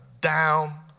down